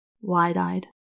wide-eyed